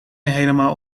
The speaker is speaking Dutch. helemaal